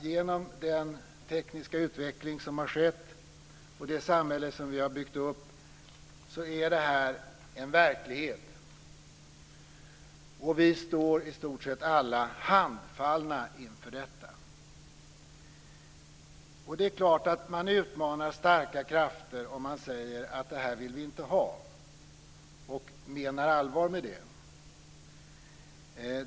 Genom den tekniska utveckling som har skett och det samhälle som vi har byggt upp är det här en verklighet, och vi står i stort sett alla handfallna inför detta. Man utmanar starka krafter om man säger att vi inte vill ha det här och menar allvar med det.